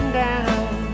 down